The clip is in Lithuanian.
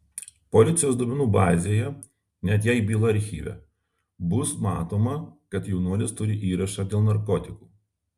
policijos duomenų bazėje net jei byla archyve bus matoma kad jaunuolis turi įrašą dėl narkotikų